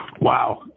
Wow